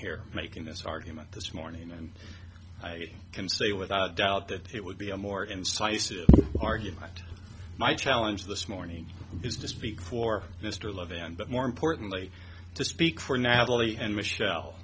here making this argument this morning and i can say without a doubt that it would be a more incisive argument my challenge this morning is to speak for mr luvin but more importantly to speak for natalie and michelle